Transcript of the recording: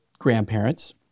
grandparents